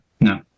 no